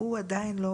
הוא עדיין לא